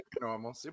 normal